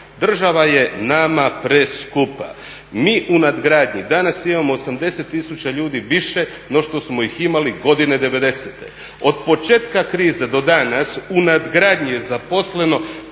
država je nama preskupa, mi u nadgradnji danas imamo 80 tisuća ljudi no što smo ih imali godine 90. Od početka krize do danas u nadgradnji je zaposleno